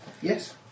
Yes